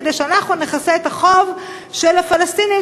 כדי שאנחנו נכסה את החוב של הפלסטינים,